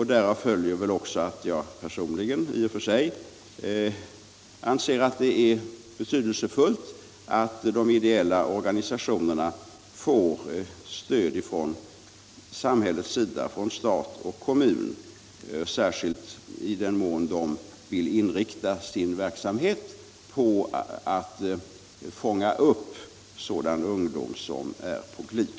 Därav följer väl också att jag personligen i och för sig anser att det är betydelsefullt att de ideella organisationerna får stöd från samhällets sida — från stat och kommun =— särskilt i den mån de vill inrikta sin verksamhet på att fånga upp sådan ungdom som är på glid.